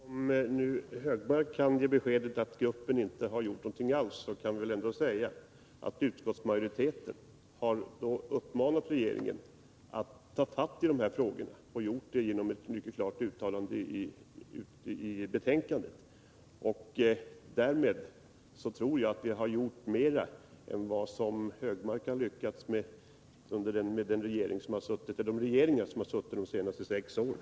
Herr talman! Om nu Anders Högmark kan ge beskedet att arbetsgruppen inte har gjort någonting alls, kan vi väl ändå säga att utskottsmajoriteten har uppmanat regeringen att se över dessa frågor och att utskottsmajoriteten har gjort det i form av ett mycket klart uttalande i betänkandet. Därmed anser jag att vi har gjort mera än vad Anders Högmark har lyckats med under de regeringar som har suttit under de senaste sex åren.